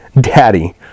Daddy